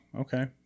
okay